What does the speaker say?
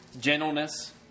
gentleness